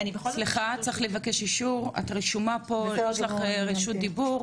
לבקש אישור, את רשומה פה תקבלי רשות דיבור.